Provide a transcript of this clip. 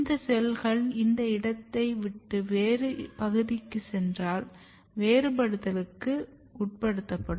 இந்த செல்கள் இந்த இடத்தை விட்டு வேறு பகுதிக்கு சென்றால் வேறுபடுத்தலுக்கு உட்படுத்தப்படும்